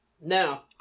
Now